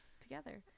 together